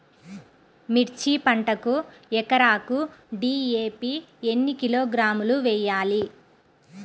మిర్చి పంటకు ఎకరాకు డీ.ఏ.పీ ఎన్ని కిలోగ్రాములు వేయాలి?